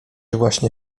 właśnie